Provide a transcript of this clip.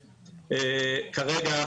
כרגע,